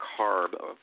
CARB